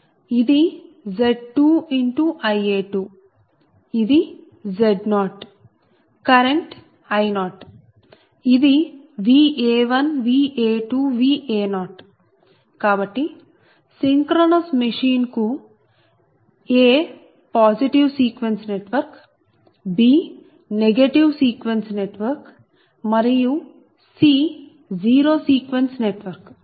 ఇది Z2Ia2 ఇది Z0 current I0 ఇది Va1 Va2 Va0 కాబట్టి సిన్క్రొనస్ మెషిన్ కు a positive sequence network b negative sequence network మరియు c జీరో సీక్వెన్స్ నెట్వర్క్